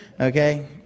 okay